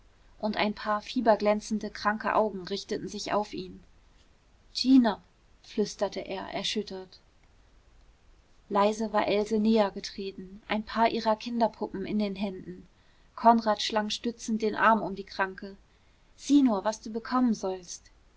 und ein paar fieberglänzende kranke augen richteten sich auf ihn gina flüsterte er erschüttert leise war else nähergetreten ein paar ihrer kinderpuppen in den händen konrad schlang stützend den arm um die kranke sieh nur was du bekommen sollst